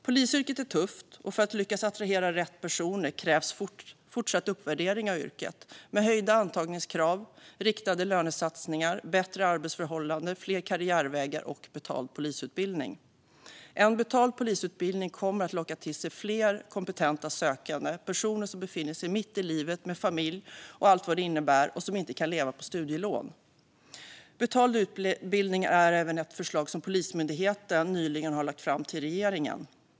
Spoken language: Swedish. Polisyrket är tufft, och för att man ska lyckas attrahera rätt personer krävs en fortsatt uppvärdering av yrket med höjda antagningskrav, riktade lönesatsningar, bättre arbetsförhållanden, fler karriärvägar och betald polisutbildning. En betald polisutbildning kommer att locka till sig fler kompetenta sökande i form av personer som befinner sig mitt i livet med familj och allt vad det innebär och inte kan leva på studielån. Betald utbildning är även ett förslag som Polismyndigheten nyligen har lagt fram till regeringen.